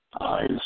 eyes